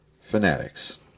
Fanatics